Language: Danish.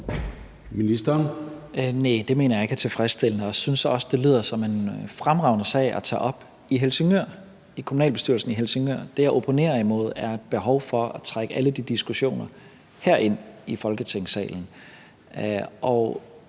Næh, det mener jeg ikke er tilfredsstillende, og jeg synes også, det lyder som en fremragende sag at tage op i kommunalbestyrelsen i Helsingør. Det, jeg opponerer imod, er behovet for at trække alle de diskussioner herind i Folketingssalen.